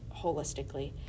holistically